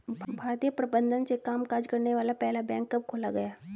भारतीय प्रबंधन से कामकाज करने वाला पहला बैंक कब खोला गया?